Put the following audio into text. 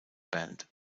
band